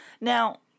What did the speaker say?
Now